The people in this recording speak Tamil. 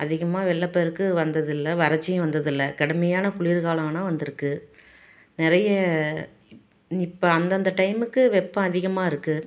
அதிகமாக வெள்ளப்பெருக்கு வந்ததில்லை வறட்சியும் வந்ததில்லை கடுமையான குளிர்காலம் ஆனால் வந்துருக்குது நிறைய இப் இப்போ அந்தந்த டைமுக்கு வெப்பம் அதிகமாக இருக்குது